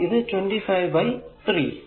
അപ്പോൾ ഇത് 25 a Ω